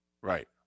Right